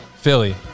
Philly